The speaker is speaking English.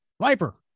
Viper